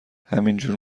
همینجور